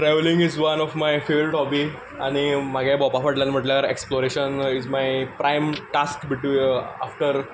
travelling is one of my favourite hobby आनी मागे भोंवपा फाटल्यान म्हणल्यार exploration is my prime task after